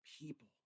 people